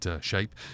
shape